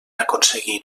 aconseguir